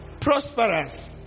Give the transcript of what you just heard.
Prosperous